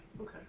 Okay